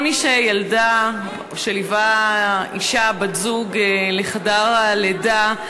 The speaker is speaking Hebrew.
כל מי שליווה אישה, בת-זוג, לחדר הלידה,